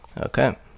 Okay